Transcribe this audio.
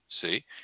See